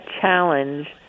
challenge